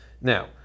Now